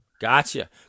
Gotcha